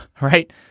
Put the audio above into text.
right